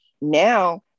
now